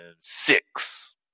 six